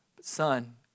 Son